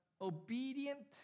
obedient